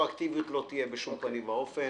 רטרואקטיביות לא תהיה בשום פנים ואופן.